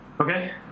okay